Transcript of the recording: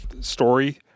story